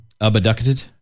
Abducted